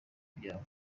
byawe